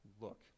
look